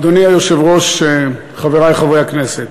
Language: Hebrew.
אדוני היושב-ראש, חברי חברי הכנסת,